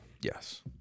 yes